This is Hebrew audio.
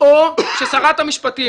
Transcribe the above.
או ששרת המשפטים,